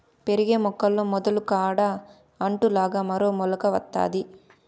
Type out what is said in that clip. పెరిగే మొక్కల్లో మొదలు కాడ అంటు లాగా మరో మొలక వత్తాది